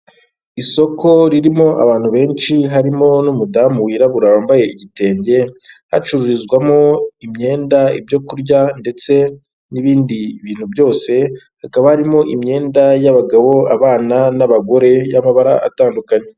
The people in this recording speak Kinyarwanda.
Isoko ririmo abantu benshi harimo n'umudamu wirabura wambaye igitenge, hacururizwamo imyenda, ibyo kurya ndetse n'ibindi bintu byose, hakaba harimo imyenda y'abagabo, abana n'abagore y'amabara atandukanye.